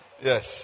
yes